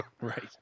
Right